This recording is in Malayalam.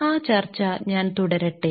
ആ ചർച്ച ഞാൻ തുടരട്ടെ